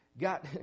Got